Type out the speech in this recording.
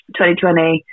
2020